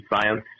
science